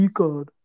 card